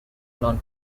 known